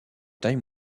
taille